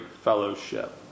fellowship